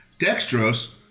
dextrose